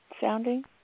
sounding